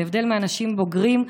להבדיל מאנשים בוגרים,